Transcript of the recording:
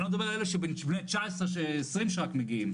אני לא מדבר על אלה שהם בני 19, 20 שרק מגיעים,